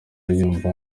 yumva